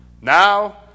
Now